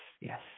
yes